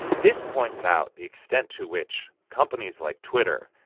this points out the extent to which companies like twitter,